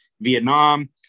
vietnam